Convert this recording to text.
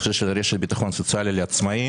אני חושב שזו רשת ביטחון סוציאלי לעצמאיים,